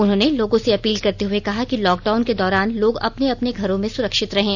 उन्होंने लोगों से अपील करते हुए कहा कि लॉकडाउन के दौरान लोग अपने अपने घरों में सुरक्षित रहें